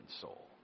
soul